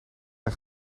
een